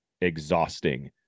exhausting